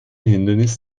hindernis